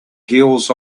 heels